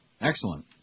Excellent